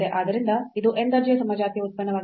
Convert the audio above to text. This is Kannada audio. ಆದ್ದರಿಂದ ಇದು n ದರ್ಜೆಯ ಸಮಜಾತೀಯ ಉತ್ಪನ್ನವಾಗಿದೆ